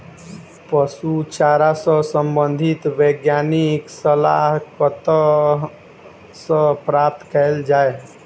पशु चारा सऽ संबंधित वैज्ञानिक सलाह कतह सऽ प्राप्त कैल जाय?